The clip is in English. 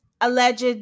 alleged